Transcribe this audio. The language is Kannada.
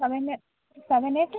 ಸೇವೆನೆ ಸೆವೆನ್ ಏಯ್ಟ್